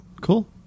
Cool